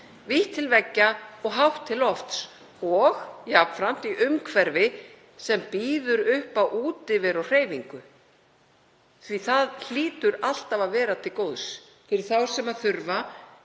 vítt til veggja og hátt til lofts og í umhverfi sem býður upp á útiveru og hreyfingu því að það hlýtur alltaf að vera til góðs fyrir þá sem þurfa